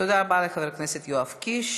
תודה רבה לחבר הכנסת יואב קיש.